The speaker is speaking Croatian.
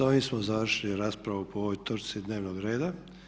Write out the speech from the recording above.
S ovim smo završili raspravu po ovoj točci dnevnog reda.